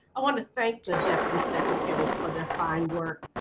i want to thank the deputy secretary is for the fine work,